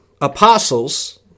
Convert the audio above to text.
apostles